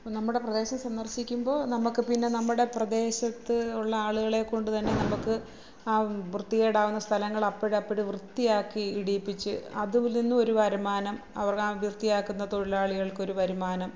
അപ്പോൾ നമ്മുടെ പ്രദേശം സന്ദര്ശിക്കുമ്പോൾ നമുക്ക് പിന്നെ നമ്മുടെ പ്രദേശത്ത് ഉള്ള ആളുകളെ കൊണ്ടുതന്നെ നമുക്ക് ആ വൃത്തികേടാവുന്ന സ്ഥലങ്ങൾ അപ്പം അപ്പം വൃത്തിയാക്കി ഇടീപ്പിച്ച് അതില് നിന്നും ഒരു വരുമാനം അവര് ആ വൃത്തിയാക്കുന്ന തൊഴിലാളികള്ക്കൊരു വരുമാനം